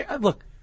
Look